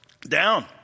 down